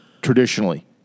traditionally